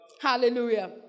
Hallelujah